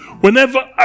Whenever